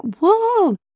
whoa